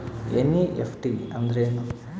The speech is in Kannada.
ಎನ್.ಇ.ಎಫ್.ಟಿ ಅಂದ್ರೆನು?